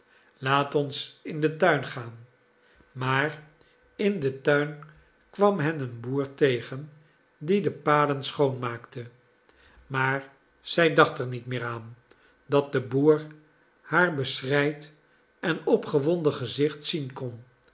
laat ons in den tuin gaan maar in den tuin kwam hen een boer tegen die de paden schoonmaakte maar zij dacht er niet meer aan dat de boer haar beschreid en opgewonden gezicht zien kon